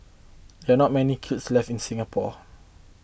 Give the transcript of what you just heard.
there are not many kilns left in Singapore